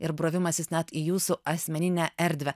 ir brovimasis net į jūsų asmeninę erdvę